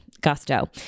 gusto